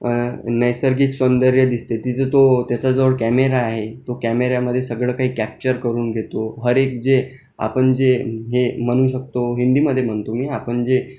नैसर्गिक सौंदर्य दिसते तिथे तो त्याच्याजवळ कॅमेरा आहे तो कॅमेऱ्यामध्ये सगळं काही कॅप्चर करून घेतो हर एक जे आपण जे हे म्हणू शकतो हिंदीमध्ये म्हणतो मी आपण जे